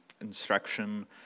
instruction